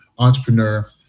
Entrepreneur